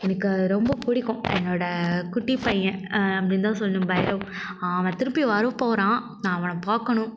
எனக்கு ரொம்ப பிடிக்கும் என்னோட குட்டி பையன் அப்படினு தான் சொல்லணும் பைரவ் அவன் திருப்பி வரப்போகிறான் நான் அவனை பார்க்கணும்